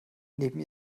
neben